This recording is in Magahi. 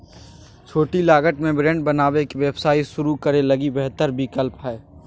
छोटी लागत में ब्रेड बनावे के व्यवसाय शुरू करे लगी बेहतर विकल्प हइ